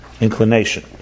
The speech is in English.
inclination